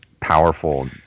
powerful